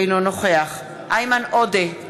אינו נוכח איימן עודה,